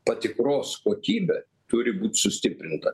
patikros kokybė turi būt sustiprinta